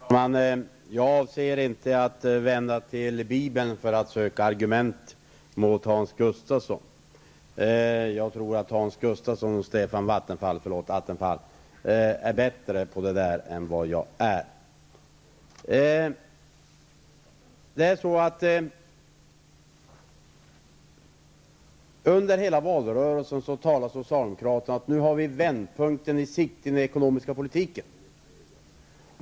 Herr talman! Jag avser inte att använda mig av bibeln för att söka argument mot Hans Gustafsson. Jag tror att Hans Gustafsson och Stefan Attefall är bättre på att finna lämpliga citat ur bibeln än vad jag är. Under hela valrörelsen talade socialdemokraterna om att vändpunkten var i sikte när det gällde den ekonomiska politiken.